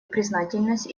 признательность